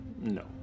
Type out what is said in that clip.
No